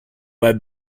led